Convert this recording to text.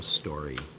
story